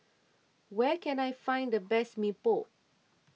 where can I find the best Mee Pok